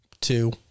two